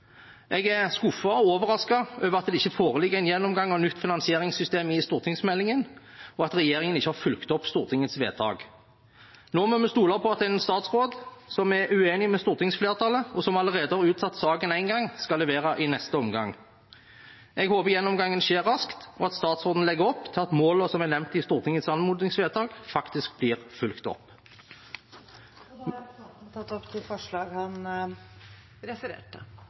Jeg er skuffet og overrasket over at det ikke foreligger en gjennomgang av nytt finansieringssystem i stortingsmeldingen, og at regjeringen ikke har fulgt opp Stortingets vedtak. Nå må vi stole på at en statsråd som er uenig med stortingsflertallet, og som allerede har utsatt saken en gang, skal levere i neste omgang. Jeg håper gjennomgangen skjer raskt, og at statsråden legger opp til at målene som er nevnt i Stortingets anmodningsvedtak, faktisk blir fulgt opp. Representanten Roy Steffensen har tatt opp de forslag han refererte